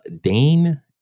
Dane